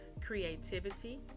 creativity